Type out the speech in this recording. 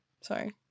Sorry